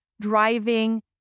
driving